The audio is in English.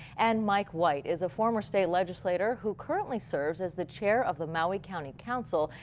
and mike white is a former state legislator who currently serves as the chair of the maui county council.